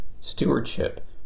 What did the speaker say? stewardship